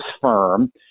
firm